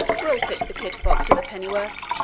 we'll fit the kid-fox with a penny-worth.